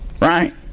right